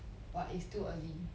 but is too early